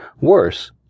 worse